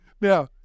Now